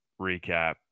recap